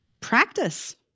Practice